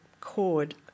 cord